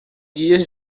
guias